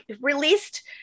released